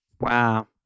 Wow